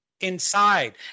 inside